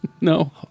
No